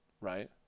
right